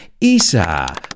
Isa